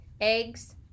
eggs